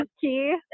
key